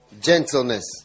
gentleness